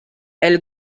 elle